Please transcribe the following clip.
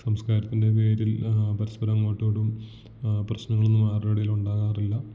സംസ്കാരത്തിന്റെ പേരില് പരസ്പരം അങ്ങോട്ടോടും പ്രശ്നങ്ങളൊന്നും ആരുടെ ഇടയിലും ഉണ്ടാകാറില്ല